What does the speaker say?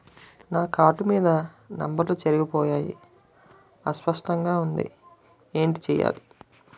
నా కార్డ్ మీద నంబర్లు చెరిగిపోయాయి అస్పష్టంగా వుంది ఏంటి చేయాలి?